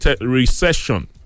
recession